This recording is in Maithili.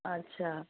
अच्छा